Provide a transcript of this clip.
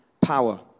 power